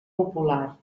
popular